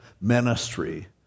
ministry